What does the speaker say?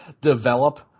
develop